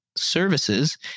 services